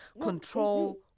control